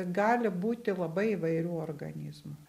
gali būti labai įvairių organizmų